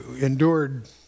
endured